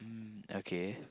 mm okay